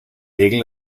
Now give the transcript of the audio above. regeln